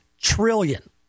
trillion